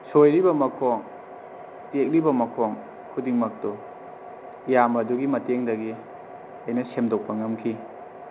ꯁꯣꯏꯔꯤꯕ ꯃꯈꯣꯡ ꯇꯦꯛꯂꯤꯕ ꯃꯈꯣꯡ ꯈꯨꯗꯤꯡꯃꯛꯇꯣ ꯏꯌꯥꯝꯕ ꯑꯗꯨꯒꯤ ꯃꯇꯦꯡꯗꯒꯤ ꯑꯩꯅ ꯁꯦꯝꯗꯣꯛꯄ ꯉꯝꯈꯤ